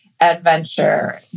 adventure